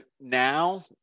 now